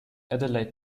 adelaide